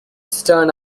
stern